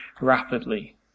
rapidly